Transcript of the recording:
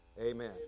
Amen